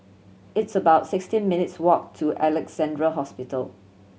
it's about sixteen minutes walk to Alexandra Hospital